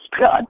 God